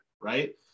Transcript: right